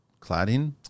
cladding